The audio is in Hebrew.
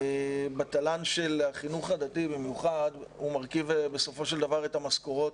של החינוך הדתי במיוחד, מרכיב את המשכורות,